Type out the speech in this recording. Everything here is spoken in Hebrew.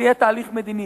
ויהיה תהליך מדיני.